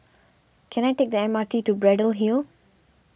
can I take the M R T to Braddell Hill